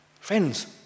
Friends